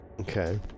Okay